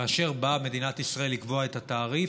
כאשר באה מדינת ישראל לקבוע את התעריף